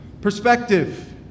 perspective